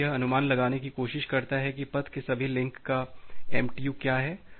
क्या यह अनुमान लगाने की कोशिश करता है कि पथ के सभी लिंक का MTU क्या है